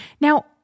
Now